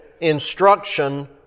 instruction